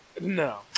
No